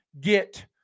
get